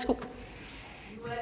fg.